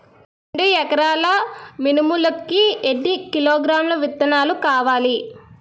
రెండు ఎకరాల మినుములు కి ఎన్ని కిలోగ్రామ్స్ విత్తనాలు కావలి?